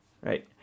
Right